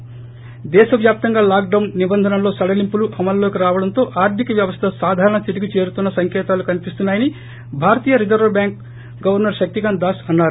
ి దేశవ్యాప్తంగా lockdown నిబంధనల్లో సడలింపులు అమల్లోకి రావడంతో ఆర్ధిక వ్వవస్థ సాధారణ స్థితికి చేరుతున్న సంకేతాలు కనిపిస్తున్నా యని భారతీయ reserve bank RBI governor Shaktikanta Das అన్నారు